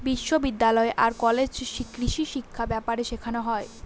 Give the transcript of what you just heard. বিশ্ববিদ্যালয় আর কলেজে কৃষিশিক্ষা ব্যাপারে শেখানো হয়